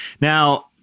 Now